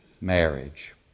marriage